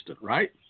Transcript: right